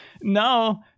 no